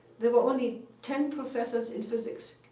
there were only ten professors in physics.